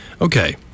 Okay